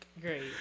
Great